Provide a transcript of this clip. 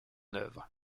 œuvre